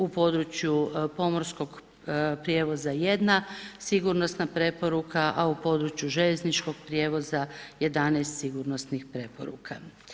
U području pomorskog prijevoza 1 sigurnosna preporuka, a u području željezničkog prijevoza 11 sigurnosnih preporuka.